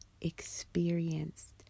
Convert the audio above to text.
experienced